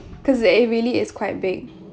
because it it really is quite big